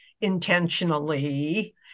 intentionally